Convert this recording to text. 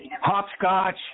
Hopscotch